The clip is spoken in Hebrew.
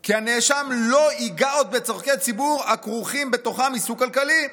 כי הנאשם לא ייגע עוד בצורכי ציבור הכורכים בתוכם עיסוק כלכלי,